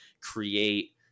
create